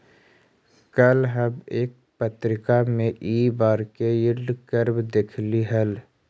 कल हम एक पत्रिका में इ बार के यील्ड कर्व देखली हल